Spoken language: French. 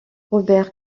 robert